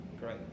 great